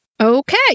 Okay